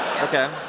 Okay